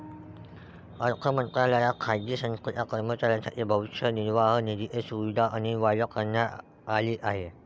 अर्थ मंत्रालयात खाजगी संस्थेच्या कर्मचाऱ्यांसाठी भविष्य निर्वाह निधीची सुविधा अनिवार्य करण्यात आली आहे